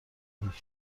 هیچکس